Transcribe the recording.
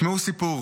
שמעו סיפור